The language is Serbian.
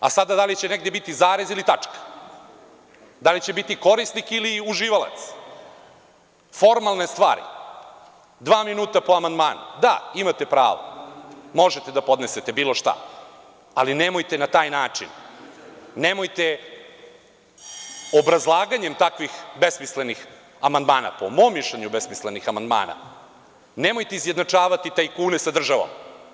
Da li će negde biti zarez ili tačka, da li će biti korisnik ili uživalac, formalne stvari, dva minuta po amandmanu, da imate pravo, možete da podnesete bilo šta, ali nemojte na taj način, nemojte obrazlaganjem takvih besmislenih amandmana, po mom mišljenju besmislenih amandmana, nemojte izjednačavati tajkune sa državom.